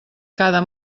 cada